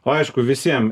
o aišku visiem